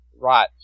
right